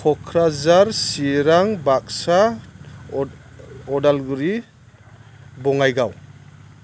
Kokrajhar Chirang Baksa Udalguri Bongaigaon